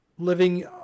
Living